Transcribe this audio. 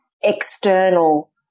external